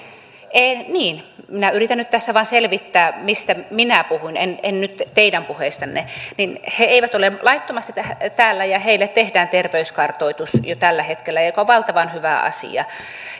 niin minä yritän nyt tässä vain selvittää mistä minä puhun en nyt teidän puhettanne he eivät ole laittomasti täällä ja heille tehdään terveyskartoitus jo tällä hetkellä mikä on valtavan hyvä asia